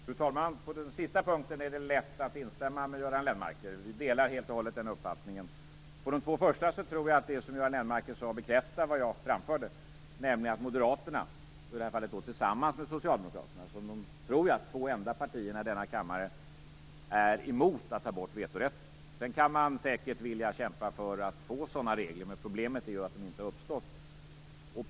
Fru talman! På den sista punkten är det lätt att instämma med Göran Lennmarker. Jag delar helt och hållet den uppfattningen. På de två första tror jag att det som Göran Lennmarker sade bekräftar vad jag framförde, nämligen att moderaterna i det här fallet tillsammans med socialdemokraterna som de två enda partierna i denna kammare är emot att ta bort vetorätten. Sedan kan man säkert vilja kämpa för att få sådana regler, men problemet är att de inte uppstått.